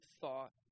thought